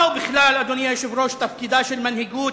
מה הוא בכלל, אדוני היושב-ראש, תפקידה של מנהיגות,